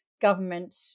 government